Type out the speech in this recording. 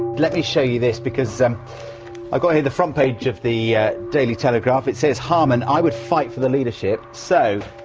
let me show you this, because um i've got here the front page of the yeah daily telegraph. it says harman, i would fight for the leadership'. so,